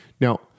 Now